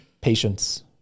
patience